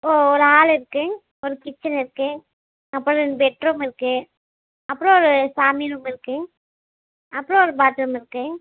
ஓ ஒரு ஹால் இருக்குதுங் ஒரு கிச்சன் இருக்குது அப்புறோம் ரெண்டு பெட்ரூம் இருக்குது அப்புறோம் ஒரு சாமி ரூம் இருக்குதுங் அப்புறோம் ஒரு பாத்ரூம் இருக்குதுங்